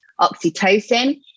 oxytocin